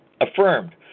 Affirmed